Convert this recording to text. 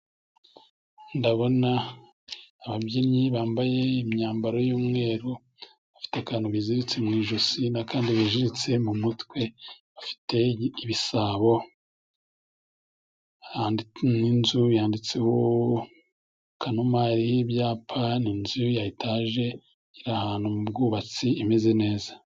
Ndabona ababyinnyi bambaye imyambaro y'umweru, bafite akantu biziritse mu ijosi n'akandi bijiritse mu mutwe bafite ibisabo ,n'inzu yanditseho Kanuma iriho ibyapa ,ni inzu ya etaje iri ahantu mu bwubatsi imeze neza.